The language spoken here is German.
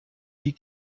die